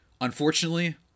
unfortunately